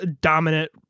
dominant